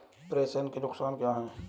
प्रेषण के नुकसान क्या हैं?